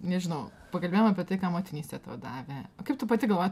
nežinau pakalbėjom apie tai ką motinystė tau davė o kaip tu pati galvoji